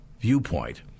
viewpoint